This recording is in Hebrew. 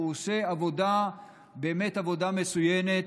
הוא עושה באמת עבודה מצוינת